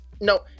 no